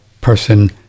person